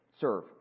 serve